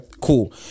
Cool